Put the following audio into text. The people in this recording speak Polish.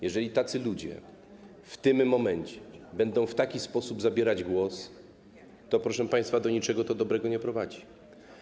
Jeżeli tacy ludzie w tym momencie będą w taki sposób zabierać głos, to proszę państwa, do niczego dobrego to nie prowadzi.